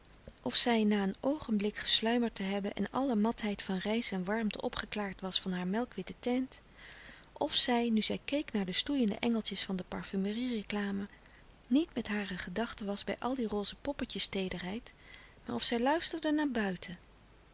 of zij na een oogenblik gesluimerd te hebben en alle matheid van reis en warmte opgeklaard was van haar melkwitte teint of zij nu zij keek naar de stoeiende engeltjes van de parfumerie reclame niet met hare gedachte was bij al die roze poppetjes teederheid maar of zij luisterde naar buiten